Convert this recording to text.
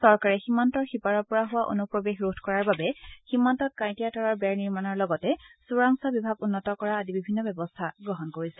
চৰকাৰে সীমান্তৰ সিপাৰৰ পৰা হোৱা অনুপ্ৰৱেশ ৰোধ কৰাৰ বাবে সীমান্তত কাঁইটীয়া তাঁৰৰ বেৰ নিৰ্মণৰ লগতে চোৰাংচোৱা বিভাগ উন্নত কৰা আদি বিভিন্ন ব্যৱস্থা গ্ৰহণ কৰিছে